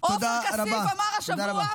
עופר כסיף אמר השבוע,